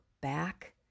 back